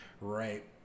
right